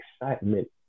excitement